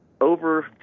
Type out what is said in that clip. over